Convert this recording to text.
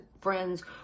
friends